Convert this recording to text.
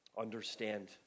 understand